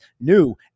new